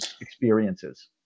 experiences